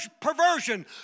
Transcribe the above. perversion